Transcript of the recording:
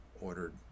ordered